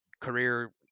career